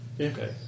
Okay